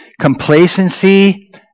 complacency